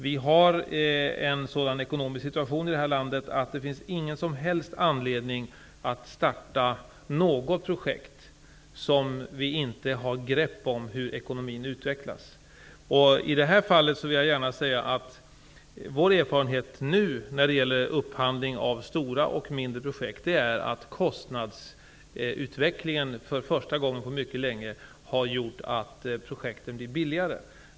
Vi har en sådan ekonomisk situation i det här landet att det inte finns någon som helst anledning att starta något projekt där vi inte har grepp om hur ekonomin utvecklas. Vår erfarenhet av upphandling av stora och mindre projekt är att kostnadsutvecklingen nu för första gången på mycket länge har gjort att projekten blir billigare.